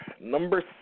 Number